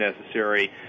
necessary